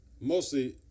mostly